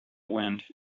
wind